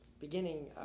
beginning